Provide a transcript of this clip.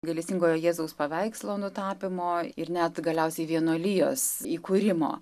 gailestingojo jėzaus paveikslo nutapymo ir net galiausiai vienuolijos įkūrimo